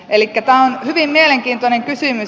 tämä on hyvin mielenkiintoinen kysymys